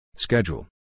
Schedule